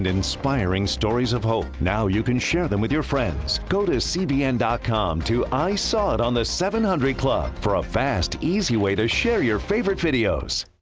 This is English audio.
and inspiring stories of hope. now you can share them with your friends. go to cbn dot com to, i saw it on the seven hundred club, for a fast, easy way to share your favorite videos.